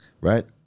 right